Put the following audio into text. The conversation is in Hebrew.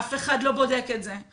אף אחד לא בודק את זה.